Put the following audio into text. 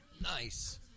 Nice